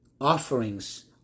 offerings